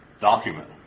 document